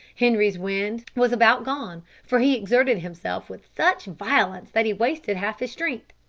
henri's wind was about gone, for he exerted himself with such violence that he wasted half his strength.